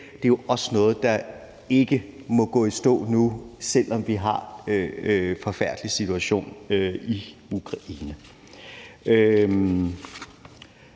Det er jo også noget, der ikke må gå i stå nu, selv om vi har en forfærdelig situation i Ukraine.